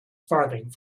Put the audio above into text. farthing